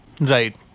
Right